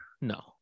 no